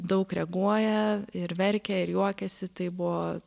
daug reaguoja ir verkia ir juokiasi tai buvo